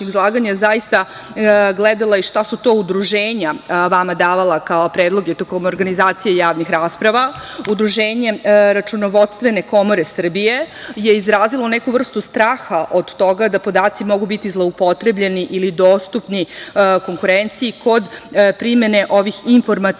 zaista gledala i šta su to udruženja vama davala kao predloge tokom organizacije javnih rasprava. Udruženje računovodstvene komore Srbije je izrazilo neku vrstu straha od toga da podaci mogu biti zloupotrebljeni ili dostupni konkurenciji kod primene ovih informacionih